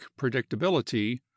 predictability